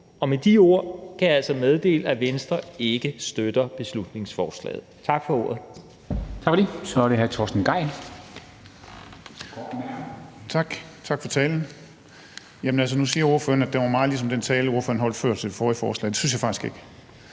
Og med de ord kan jeg altså meddele, at Venstre ikke støtter beslutningsforslaget. Tak for ordet.